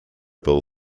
bill